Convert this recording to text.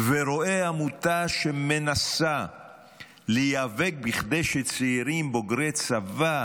ורואה עמותה שמנסה להיאבק כדי שצעירים בוגרי צבא